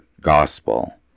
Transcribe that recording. gospel